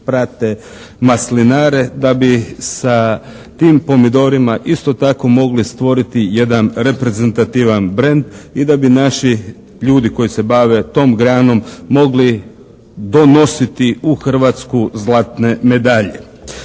prate maslinare da bi sa tim pomidorima isto tako mogli stvoriti jedan reprezentativan brend i da bi naši ljudi koji se bave tom granom mogli donositi u Hrvatsku zlatne medalje.